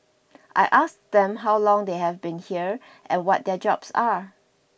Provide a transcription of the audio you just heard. I asked them how long they have been here and what their jobs are